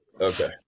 Okay